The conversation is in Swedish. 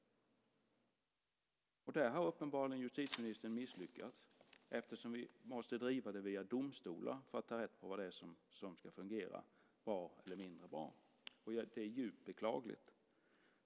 Där har uppenbarligen justitieministern misslyckats, eftersom vi måste driva det via domstolar för att ta rätt på vad det är som ska fungera bra eller mindre bra. Det är djupt beklagligt.